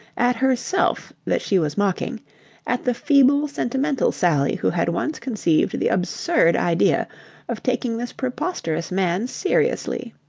at herself that she was mocking at the feeble sentimental sally who had once conceived the absurd idea of taking this preposterous man seriously.